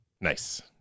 Nice